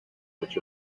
which